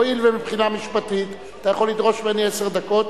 הואיל ומבחינה משפטית אתה יכול לדרוש ממני עשר דקות,